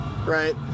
Right